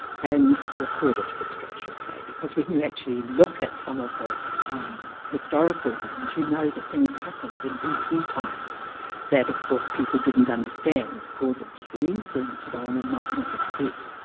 and recorded history i should say because when you actually look at some of the um historical things, you know that things happened in and bc time that of course people didn't understand, the cause of disease and so and and might not have said